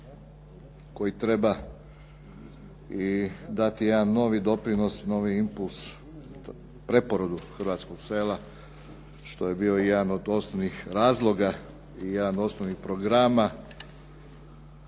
koju treba i dati jedan novi doprinos, novi inpus preporodu hrvatskog sela što je bio i jedan od osnovnih razloga i jednog osnovnog programa.